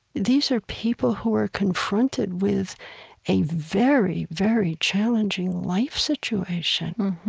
these are people who are confronted with a very very challenging life situation